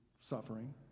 Suffering